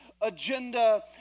agenda